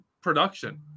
production